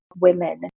women